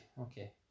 okay